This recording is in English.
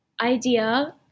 idea